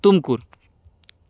Tumkur